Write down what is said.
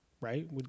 Right